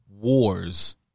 wars